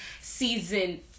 season